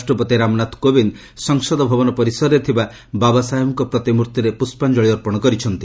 ରାଷ୍ଟ୍ରପତି ରାମନାଥ କୋବିନ୍ଦ ସଂସଦଭବନ ପରିସରରେ ଥିବା ବାବାସାହେବଙ୍କ ପ୍ରତିମ୍ଭିରେ ପୁଷ୍ପାଞ୍ଚଳି ଅର୍ପଣ କରିଛନ୍ତି